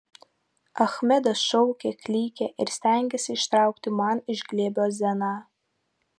achmedas šaukė klykė ir stengėsi ištraukti man iš glėbio zeną